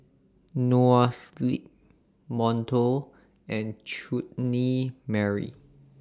Noa Sleep Monto and Chutney Mary